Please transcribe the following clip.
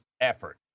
effort